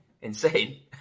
insane